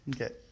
Okay